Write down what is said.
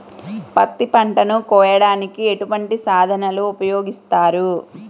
పత్తి పంటను కోయటానికి ఎటువంటి సాధనలు ఉపయోగిస్తారు?